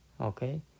Okay